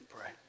pray